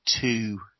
two